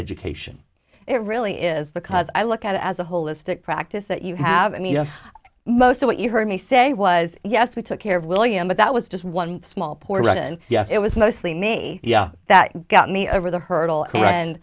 education it really is because i look at it as a holistic practice that you have any you know most of what you heard me say was yes we took care of william but that was just one small poor right and it was mostly may yeah that got me over the hurdle and